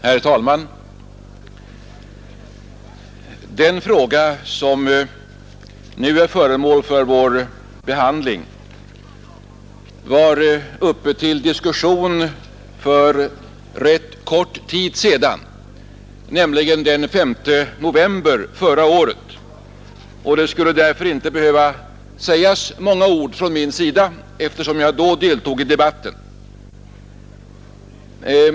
Herr talman! Den fråga som nu är föremål för vår behandling var uppe till diskussion för rätt kort tid sedan, nämligen den 5 november förra året, och jag skulle därför inte behöva säga många ord, eftersom jag då deltog i debatten.